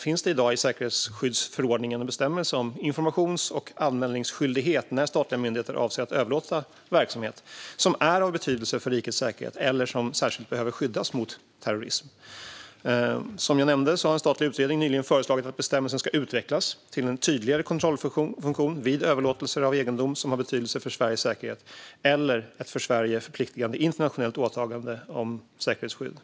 finns det i säkerhetsskyddsförordningen i dag en bestämmelse om informations och anmälningsskyldighet när statliga myndigheter avser att överlåta verksamhet som är av betydelse för rikets säkerhet eller som särskilt behöver skyddas mot terrorism. Som jag nämnde har en statlig utredning nyligen föreslagit att bestämmelsen ska utvecklas så att det blir en tydligare kontrollfunktion vid överlåtelser av egendom som har betydelse för Sveriges säkerhet eller ett för Sverige förpliktande internationellt åtagande om säkerhetsskydd.